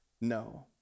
No